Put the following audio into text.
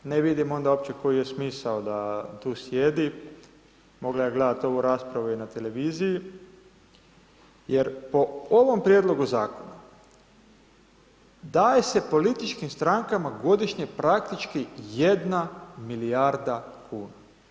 Ne vidim onda uopće koji je smisao da tu sijedi, mogla je gledati ovu raspravu i na televiziji, jer po ovom prijedlogu Zakona, daje se političkim strankama godišnje praktički jedna milijarda kuna.